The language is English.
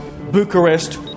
Bucharest